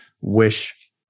wish